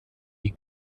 die